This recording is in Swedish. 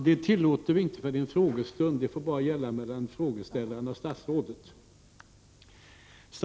Det tillåts inte eftersom detta är en frågestund. Debatten får då föras bara mellan frågeställarna och statsrådet.